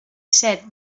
set